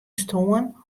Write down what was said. stoarn